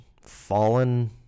fallen